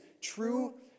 true